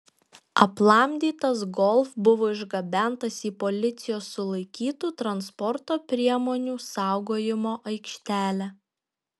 aplamdytas golf buvo išgabentas į policijos sulaikytų transporto priemonių saugojimo aikštelę